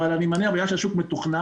אבל אני מניח שבגלל שהשוק מתוכנן,